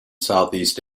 southeast